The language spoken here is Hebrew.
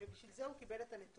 ובשביל זה הוא קיבל את הנתונים.